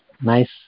nice